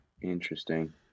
Interesting